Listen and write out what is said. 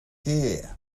here